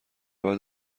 بعد